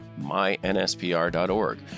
mynspr.org